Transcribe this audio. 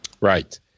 Right